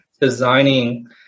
designing